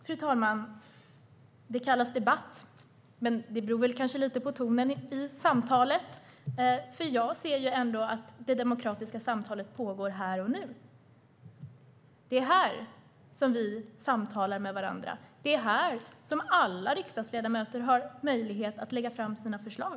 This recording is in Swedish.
Fru talman! Det kallas debatt, men det beror kanske lite på tonen i samtalet. Jag ser ändå att det demokratiska samtalet pågår här och nu. Det är här som vi samtalar med varandra. Det är här som alla riksdagsledamöter har möjlighet att lägga fram sina förslag.